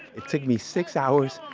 it took me six hours,